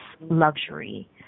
luxury